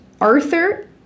Arthur